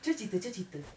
cuba cerita cuba cerita